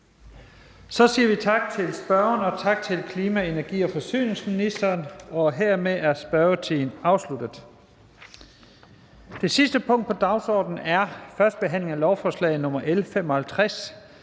Så siger vi tak til spørgeren og tak til klima-, energi- og forsyningsministeren. Hermed er spørgetiden afsluttet. --- Det sidste punkt på dagsordenen er: 2) 1. behandling af lovforslag nr. L 55: